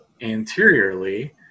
anteriorly